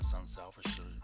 unselfishly